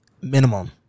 Minimum